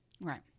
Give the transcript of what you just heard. Right